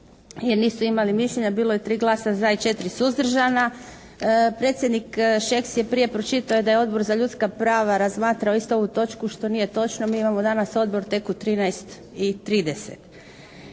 jer nisu imali mišljenja. Bilo je tri glasa za i četiri suzdržana. Predsjednik Šeks je prije pročitao da je Odbor za ljudska prava razmatrao isto ovu točku što nije točno. Mi imamo danas Odbor tek u 13 i 30.